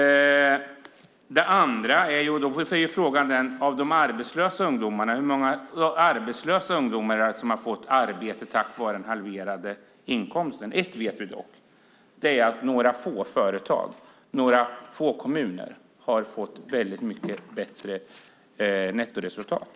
Då är frågan: Hur många arbetslösa ungdomar är det som har fått arbete tack vare den halverade avgiften? Ett vet vi, och det är att några få företag och kommuner har fått väldigt mycket bättre nettoresultat.